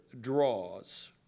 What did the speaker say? draws